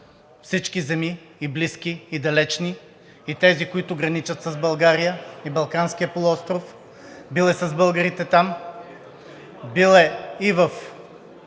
всички земи – и близки, и далечни, и тези, които граничат с България и Балканския полуостров. Бил е с българите там, бил е и в